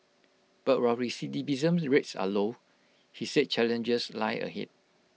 but while recidivism rates are low he said challenges lie ahead